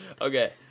Okay